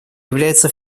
является